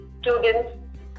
students